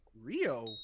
Rio